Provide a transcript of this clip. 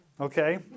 Okay